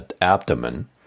abdomen